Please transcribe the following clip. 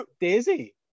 Daisy